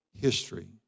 history